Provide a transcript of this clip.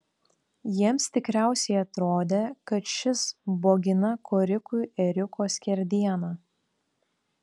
jiems tikriausiai atrodė kad šis bogina korikui ėriuko skerdieną